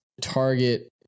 target